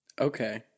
Okay